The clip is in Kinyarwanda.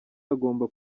agomba